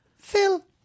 Phil